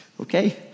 Okay